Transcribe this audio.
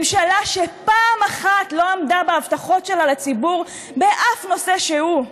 ממשלה שפעם אחת לא עמדה בהבטחות שלה לציבור באף נושא שהוא,